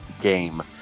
game